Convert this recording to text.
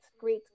great